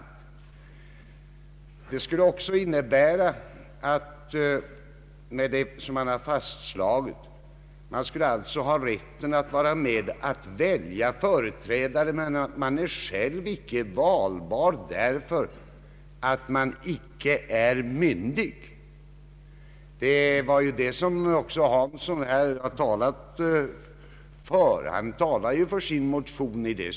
Detta skulle innebära att man skulle ha rätten att vara med att välja företrädare, men man skulle själv inte vara valbar därför att man icke är myndig. I det stycket talade ju också herr Hansson för sin motion.